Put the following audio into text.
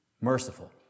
Merciful